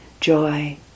joy